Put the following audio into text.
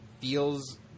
feels